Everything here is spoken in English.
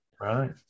right